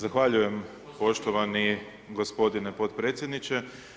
Zahvaljujem poštovani gospodine potpredsjedniče.